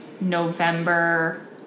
November